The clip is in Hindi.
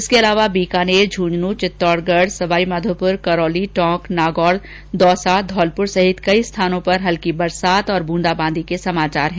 इसके अलावा बीकानेर और झुन्झुनूं चित्तौड़गढ सवाईमाधोपुर करौली टोंक नागौर दौसा धौलपुर सहित कई स्थानों पर हल्की बरसात और ब्रंदाबांदी के समाचार हैं